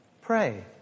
pray